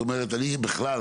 בכלל,